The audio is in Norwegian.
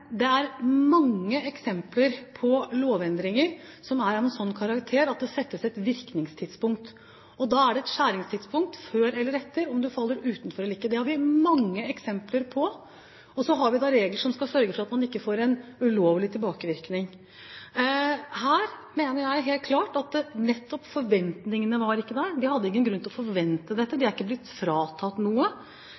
Det er mange eksempler på lovendringer som er av en sånn karakter at det settes et virkningstidspunkt. Da er det et skjæringstidspunkt – før eller etter – som avgjør om du faller utenfor eller ikke. Det har vi mange eksempler på. Og så har vi regler som skal sørge for at det ikke blir ulovlige tilbakevirkninger. Her mener jeg helt klart at nettopp forventningene ikke var til stede. De hadde ingen grunn til å forvente dette. De